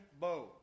bow